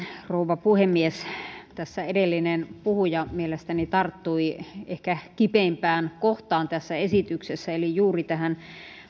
rouva puhemies tässä edellinen puhuja mielestäni tarttui ehkä kipeimpään kohtaan tässä esityksessä eli juuri tähän